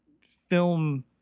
film